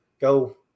go